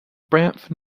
banff